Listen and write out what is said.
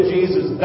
Jesus